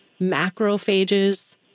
macrophages